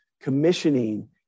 commissioning